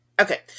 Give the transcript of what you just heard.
Okay